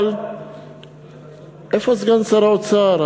אבל איפה סגן שר האוצר,